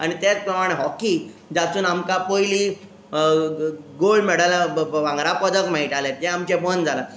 आनी तेंच प्रमाणे हॉकी जातून आमकां पयलीं गोळ्ड मॅडलां भागरां पदक मेळटालें तें आमचें बंद जालां